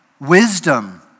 wisdom